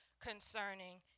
concerning